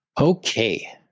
Okay